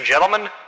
Gentlemen